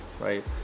right